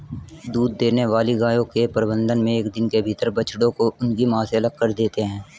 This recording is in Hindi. दूध देने वाली गायों के प्रबंधन मे एक दिन के भीतर बछड़ों को उनकी मां से अलग कर देते हैं